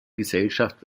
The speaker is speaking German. gesellschaft